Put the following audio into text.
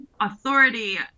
Authority